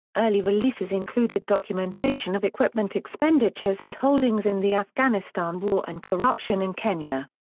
early releases included documentation of equipment expenditures and holdings in the afghanistan war and corruption in kenya.